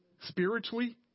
spiritually